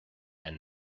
and